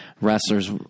wrestlers